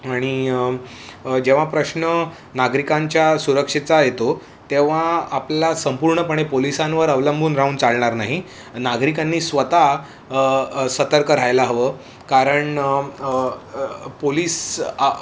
आणि जेव्हा प्रश्न नागरिकांच्या सुरक्षेचा येतो तेव्हा आपला संपूर्णपणे पोलिसांवर अवलंबून राहून चाळणार नाही नागरिकांनी स्वता सतर्क राहायला हवं कारण पोलीस